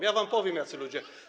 Ja wam powiem, jacy ludzie.